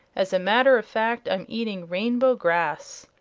as a matter of fact, i'm eating rainbow grass.